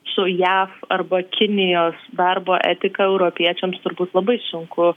su jav arba kinijos darbo etika europiečiams turbūt labai sunku